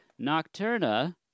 Nocturna